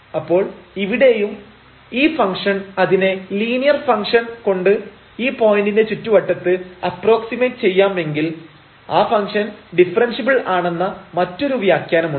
അപ്പോൾ ഇവിടെയും ഈ ഫംഗ്ഷൻ അതിനെ ലീനിയർ ഫംഗ്ഷൻ കൊണ്ട് ഈ പോയിന്റിന്റെ ചുറ്റുവട്ടത്ത് അപ്പ്രോക്സിമെറ്റ് ചെയ്യാമെങ്കിൽ ആ ഫംഗ്ഷൻ ഡിഫറൻഷ്യബിൾ ആണെന്ന മറ്റൊരു വ്യാഖ്യാനവുമുണ്ട്